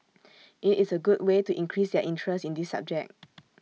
IT is A good way to increase their interest in this subject